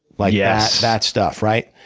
like yeah that stuff, right?